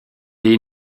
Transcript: est